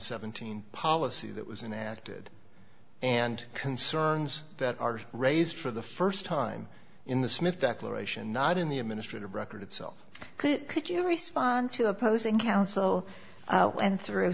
seventeen policy that was in acted and concerns that are raised for the st time in the smith declaration not in the administrative record itself could you respond to opposing counsel and through